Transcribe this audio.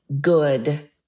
good